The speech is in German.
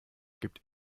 gibt